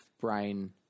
Brain